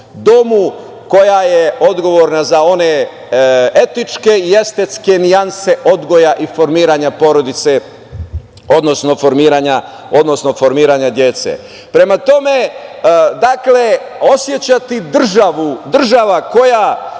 koja je odgovorna za one etičke i estetske nijanse odgoja i formiranja porodice, odnosno formiranje dece. Prema tome, osećati državu, država koja